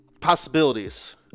possibilities